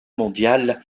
mondiale